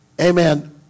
amen